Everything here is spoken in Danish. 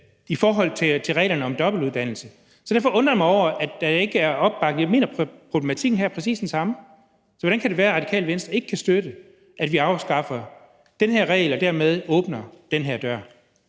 i forhold til reglerne om dobbeltuddannelse. Så derfor undrer jeg mig over, at der ikke er opbakning til det, for jeg mener, at problematikken her er præcis den samme. Hvordan kan det være, at Radikale Venstre ikke kan støtte, at vi afskaffer den her regel og dermed åbner den her dør?